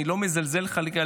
אני לא מזלזל חלילה,